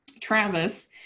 Travis